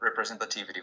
representativity